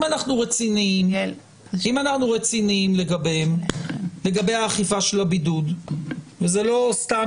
אם אנחנו רציניים לגבי האכיפה של הבידוד וזו לא סתם